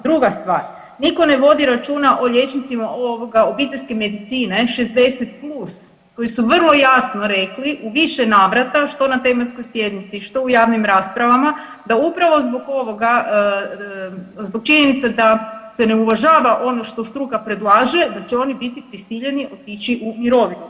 Druga stvar, nitko ne vodi računa o liječnicima obiteljske medicine 60+ koji su vrlo jasno rekli u više navrata što na tematskoj sjednici, što u javnim raspravama da upravo zbog ovoga zbog činjenice da se ne uvažava ono što struka predlaže da će oni biti prisiljeni otići u mirovinu.